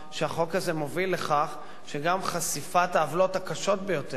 שהחוק הזה מוביל לכך שגם חשיפת העוולות הקשות ביותר,